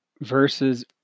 versus